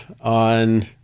on